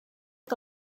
que